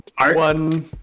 One